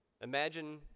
Imagine